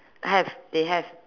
have they have